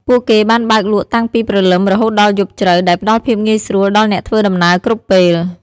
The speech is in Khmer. ពួកគេបានបើកលក់តាំងពីព្រលឹមរហូតដល់យប់ជ្រៅ ដែលផ្តល់ភាពងាយស្រួលដល់អ្នកធ្វើដំណើរគ្រប់ពេល។